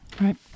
Right